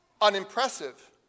unimpressive